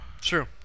True